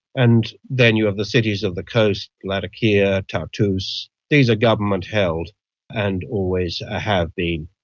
and then you have the cities of the coast latakia, tartus these are government held and always ah have been.